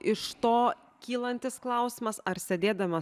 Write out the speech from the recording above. iš to kylantis klausimas ar sėdėdamas